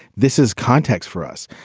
this is context for us.